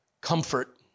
comfort